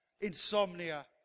insomnia